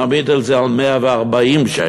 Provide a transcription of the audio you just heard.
נעמיד את זה על 140 שקלים,